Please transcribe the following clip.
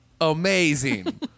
amazing